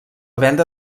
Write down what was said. venda